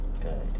Good